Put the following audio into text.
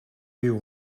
fyw